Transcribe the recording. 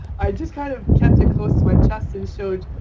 i just kind of kept it close to my chest and showed